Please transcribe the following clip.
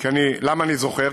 למה אני זוכר?